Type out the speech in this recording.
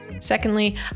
Secondly